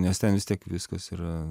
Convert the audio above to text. nes ten vis tiek viskas yra